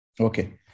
Okay